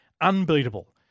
unbeatable